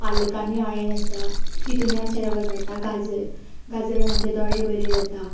पालकानय आयन आसता तितूनय आमचें रगत वाडटा गाजर गाजरान आमचें दोळे बरें जाता